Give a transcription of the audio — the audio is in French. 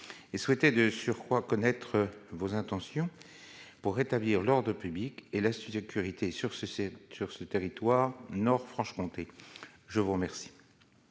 et souhaité de surcroît connaître vos intentions pour rétablir l'ordre au public et la suite sécurité sur ce site, sur ce territoire nord Franche-Comté, je vous remercie.